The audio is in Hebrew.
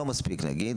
לא מספיק נגיד,